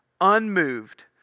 unmoved